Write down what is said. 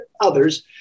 others